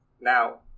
Now